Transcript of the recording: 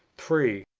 three.